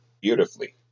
beautifully